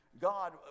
God